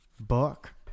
book